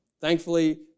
Thankfully